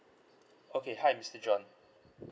okay hi mister john